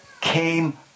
came